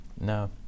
no